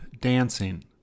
dancing